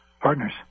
partners